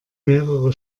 mehrere